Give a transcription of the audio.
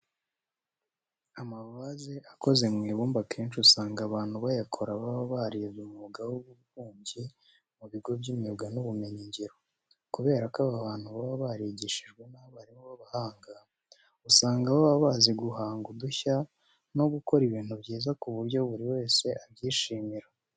Amavaze akoze mu ibumba akenshi usanga abantu bayakora baba barize umwuga w'ububumbyi mu bigo by'imyuga n'ubumenyingiro. Kubera ko aba bantu baba barigishijwe n'abarimu b'abahanga, usanga baba bazi guhanga udushya no gukora ibintu byiza ku buryo buri wese abyishimira.